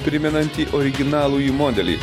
primenantį originalųjį modelį